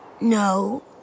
No